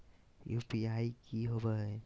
UPI की होबो है?